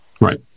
right